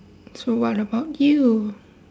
so what about you